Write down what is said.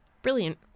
Brilliant